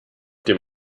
dem